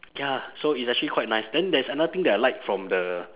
ya so it's actually quite nice then there's another thing that I like from the